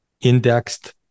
indexed